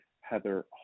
Heather